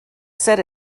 set